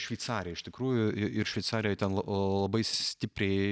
šveicariją iš tikrųjų ir ir šveicarijoje ten la labai stipriai